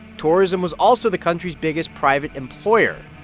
tourism was also the country's biggest private employer.